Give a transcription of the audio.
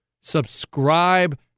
Subscribe